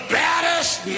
baddest